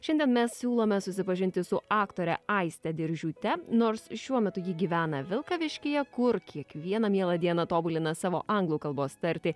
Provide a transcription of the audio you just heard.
šiandien mes siūlome susipažinti su aktore aiste diržiūte nors šiuo metu ji gyvena vilkaviškyje kur kiekvieną mielą dieną tobulina savo anglų kalbos tartį